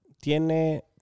tiene